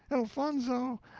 elfonzo!